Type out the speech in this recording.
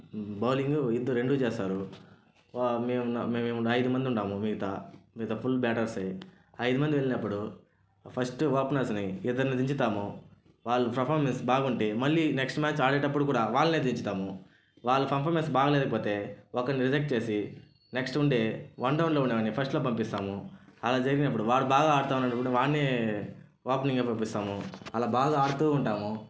bowling ఇద్దరు రెండు చేస్తారు మేము మేము ఐదు మంది ఉన్నాము మిగతా మిగతా ఫుల్ బాటర్స్సే ఐదు మంది వెళ్ళినప్పుడు ఫస్ట్ ఓపెనర్స్ని ఇద్దరిని దించుతాము వాళ్ళ పర్ఫామెన్స్ బాగుంటే మళ్ళీ నెక్స్ట్ మ్యాచ్ ఆడేటప్పుడు కూడా వాళ్లనే దించుతాము వాళ్ల పర్ఫామెన్స్ బాగా లేకపోతే ఒకరిని రిజెక్ట్ చేసి నెక్స్ట్ వన్ డే వన్లో ఉండే వాడిని ఫస్ట్లో పంపిస్తాము అలా జరుగన్నప్పుడు వాడు బాగా ఆడుతున్నప్పుడు వాడిని ఓపెనింగే పంపిస్తాము అలా బాగా ఆడుతూ ఉంటాము